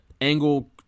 Angle